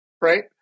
right